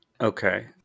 Okay